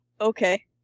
Okay